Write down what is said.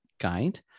guide